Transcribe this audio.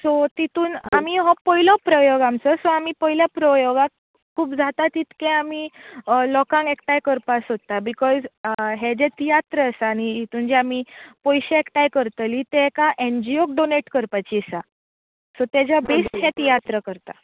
so तेतूंत आमी हो पयलो प्रयोग आमचो सो आमी पयले प्रयोगाक खूब जाता तितके आमी लोकांक एकठांय करपाक सोदता बिकोज हें जें तियात्र नी आसा हेतून जें आमी पयशे एकठांय करतलीं तेका एनजियोक डॉनॅट करपाचीं आसा सो तेच्या बेज्ड हें तियात्र करतात